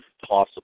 possible